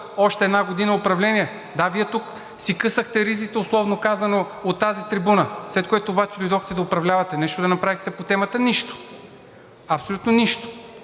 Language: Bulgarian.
още една година управление. Да, Вие тук си късахте ризите, условно казано, от тази трибуна, след което обаче дойдохте да управлявате. Нещо да направихте по темата? Нищо! Абсолютно нищо!